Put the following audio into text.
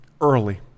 early